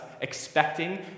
expecting